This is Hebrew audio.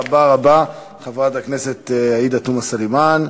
תודה רבה רבה, חברת הכנסת עאידה תומא סלימאן.